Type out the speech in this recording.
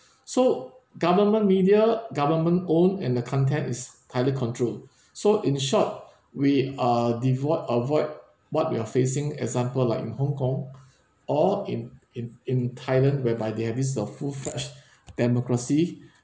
so government media government owned and the content is tightly control so in short we are devoid avoid what we are facing example like in hong kong or in in in thailand whereby they have this uh full-fledged democracy